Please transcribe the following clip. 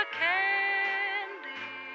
candy